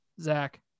Zach